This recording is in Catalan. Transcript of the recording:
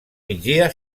migdia